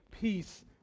peace